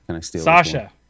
Sasha